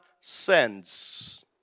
sends